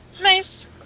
Nice